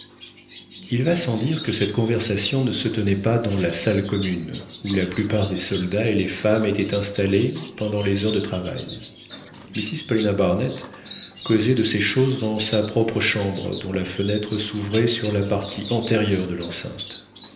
il va sans dire que cette conversation ne se tenait pas dans la salle commune où la plupart des soldats et les femmes étaient installés pendant les heures de travail mrs paulina barnett causait de ces choses dans sa propre chambre dont la fenêtre s'ouvrait sur la partie antérieure de l'enceinte